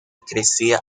crecía